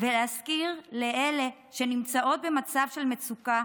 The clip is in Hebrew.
ולהזכיר לאלה שנמצאות במצב של מצוקה